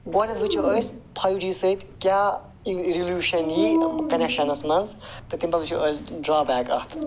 گۄڈٕنٮ۪تھ وُچھو أسۍ فایِو جی سۭتۍ کیٛاہ ریٚولیٛوٗشَن یِیہِ کَنیٚکشَنَس مَنٛز تہٕ تَمہِ پَتہٕ وُچھو أسۍ ڈرا بیک اَتھ